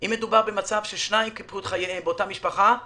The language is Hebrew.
אם מדובר במצב ששניים מאותה משפחה קיפחו את חייהם